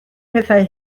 pethau